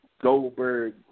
Goldberg